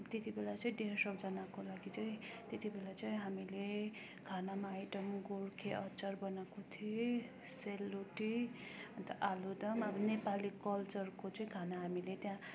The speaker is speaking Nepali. त्यति बेला चाहिँ डेढ सौजनाको लागि चाहिँ त्यति बेला चाहिँ हामीले खानामा आइटम गोर्खे अचार बनाएको थियौँ सेलरोटी अन्त आलुदम अब नेपाली कल्चरको चाहिँ खाना हामीले त्यहाँ